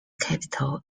capital